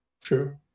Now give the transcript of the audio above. True